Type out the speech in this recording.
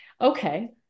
Okay